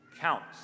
counts